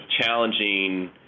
challenging